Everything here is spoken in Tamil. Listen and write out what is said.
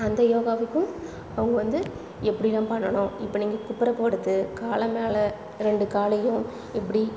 அந்த யோகாவுக்கும் அவங்க வந்து எப்படிலாம் பண்ணணும் இப்போ நீங்கள் குப்புறக்கா படுத்து காலை மேலே ரெண்டு காலையும் இப்படி